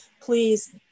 please